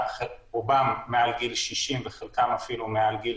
רובן מעל גיל 60 וחלקן אפילו מעל גיל